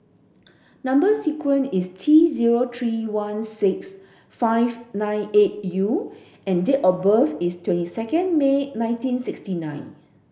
number sequence is T zero three one six five nine eight U and date of birth is twenty second May nineteen sixty nine